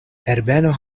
herbeno